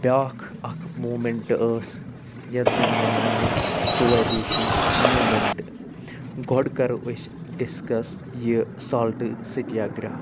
بیٛاکھ اکھ موٗمیٚنٹہٕ ٲس یتھ زن ونان ٲسۍ سویدیشی موٗمیٚنٹہٕ گۄڈٕ کرو أسۍ ڈِسکَس یہِ سالٹہٕ ستیاگرٛاہ